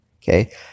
Okay